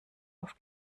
auf